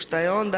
Šta je onda?